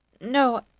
No